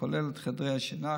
הכולל את חדרי השינה,